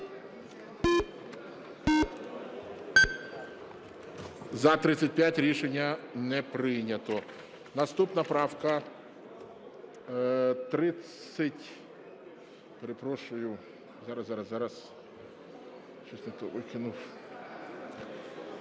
За-40 Рішення не прийнято.